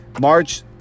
March